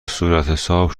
صورتحساب